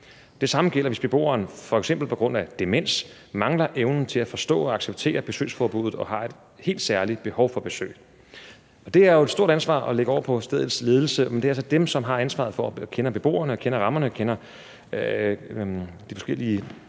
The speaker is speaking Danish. Det samme gælder, hvis beboeren, f.eks. på grund af demens, mangler evnen til at forstå og acceptere besøgsforbudet og har et helt særligt behov for besøg. Det er jo et stort ansvar at lægge over på stedets ledelse, men det er altså den, som kender beboerne og kender rammerne og de forskellige